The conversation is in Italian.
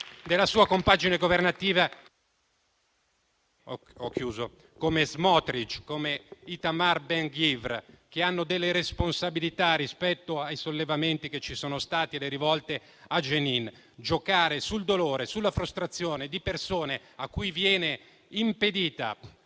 della sua compagine governativa ha Smotrich e Itamar Ben-Gvir. Costoro hanno delle responsabilità rispetto ai sollevamenti e alle rivolte avvenute a Jenin. Giocare sul dolore e sulla frustrazione di persone cui viene impedita